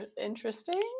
Interesting